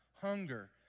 hunger